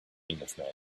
englishman